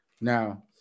now